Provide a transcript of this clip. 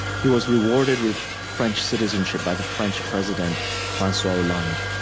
he was rewarded with french citizenship by the french president, francois hollande